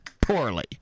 poorly